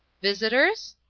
visitors?